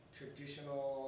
traditional